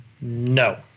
No